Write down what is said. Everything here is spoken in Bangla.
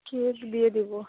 কেক দিয়ে দিবো